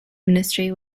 ministry